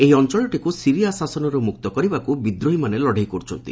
ଏହି ଅଞ୍ଚଳଟିକୁ ସିରିଆ ଶାସନରୁ ମୁକ୍ତ କରିବାକୁ ବିଦ୍ରୋହୀମାନେ ଲଢ଼େଇ କରୁଛନ୍ତି